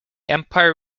empire